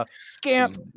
Scamp